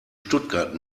stuttgart